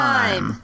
Time